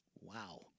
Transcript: Wow